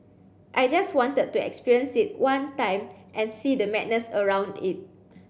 I just wanted to experience it one time and see the madness around it